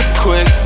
quick